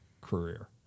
career